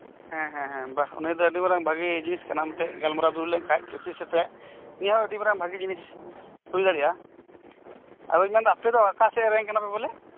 ᱦᱮᱸ ᱦᱮᱸ ᱵᱟᱦᱚ ᱱᱤᱭᱟᱹ ᱫᱚ ᱟᱹᱰᱤᱢᱟᱨᱟᱝ ᱵᱷᱟᱜᱤ ᱡᱤᱱᱤᱥ ᱠᱟᱱᱟ ᱜᱟᱞᱢᱟᱨᱟᱣ ᱫᱩᱲᱩᱵ ᱞᱮᱱᱠᱷᱟᱡ ᱪᱟᱹᱥᱤ ᱥᱮᱛᱮᱜ ᱱᱤᱭᱟᱹ ᱦᱚᱸ ᱟᱹᱰᱤ ᱢᱟᱨᱟᱝ ᱵᱷᱟᱜᱤ ᱡᱤᱱᱤᱥ ᱦᱩᱭᱫᱟᱲᱤᱭᱟᱜ ᱟ ᱟᱫᱚᱧ ᱢᱮᱱᱫᱟ ᱟᱯᱮᱫᱚ ᱚᱠᱟᱥᱮᱫ ᱨᱮᱱ ᱠᱟᱱᱟᱯᱮ ᱵᱚᱞᱮ